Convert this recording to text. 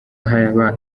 haba